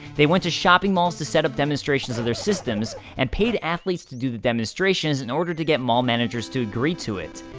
they went to shopping malls to setup demonstrations of their systems, and paid athletes to do the demonstrations in order to get mall managers to agree to it.